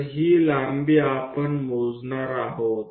तर ही लांबी आपण मोजणार आहोत